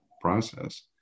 process